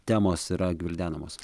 temos yra gvildenamos